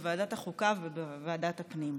בוועדת החוקה ובוועדת הפנים.